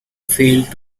failed